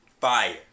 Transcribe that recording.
Fire